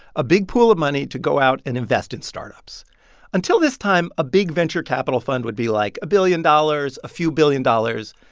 a big pool of money to go out and invest in startups until this time, a big venture capital fund would be, like, a billion dollars, a few billion dollars.